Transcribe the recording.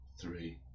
three